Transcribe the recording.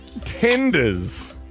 Tenders